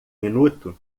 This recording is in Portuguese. minuto